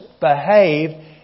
behave